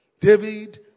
David